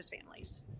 families